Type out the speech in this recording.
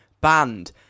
banned